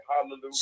Hallelujah